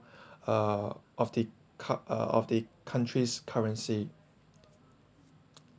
uh of the cu~ uh of the country's currency